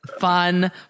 fun